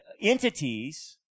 entities